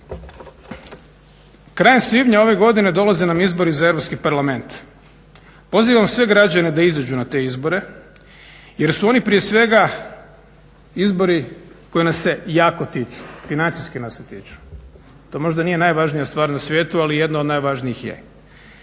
Krajem svibnja ove godine dolaze nam izbori za Europski parlament, pozivam sve građane da izađu na te izbore jer su oni prije svega izbori koji nas se jako tiču, financijski nas se tiču. To možda nije najvažnija stvar na svijetu, ali jedna od najvažnijih je.